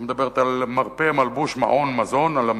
שמדברת על מרפא, מלבוש, מעון, מזון, על המעון,